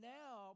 now